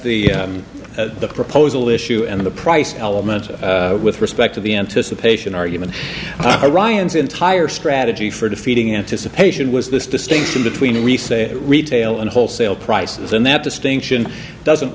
the proposal issue and the price element with respect to the anticipation argument arayans entire strategy for defeating anticipation was this distinction between resale retail and wholesale prices and that distinction doesn't